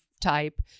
type